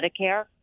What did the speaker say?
Medicare